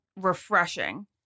refreshing